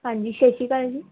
ਹਾਂਜੀ ਸਤਿ ਸ਼੍ਰੀ ਅਕਾਲ ਜੀ